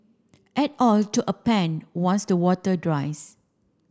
add oil to a pan once the water dries